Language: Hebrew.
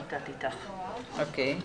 אוקי,